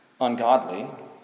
ungodly